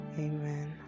Amen